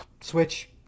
switch